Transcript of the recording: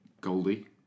Goldie